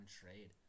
trade